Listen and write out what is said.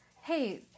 hey